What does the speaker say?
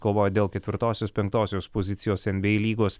kovoja dėl ketvirtosios penktosios pozicijos enbyei lygos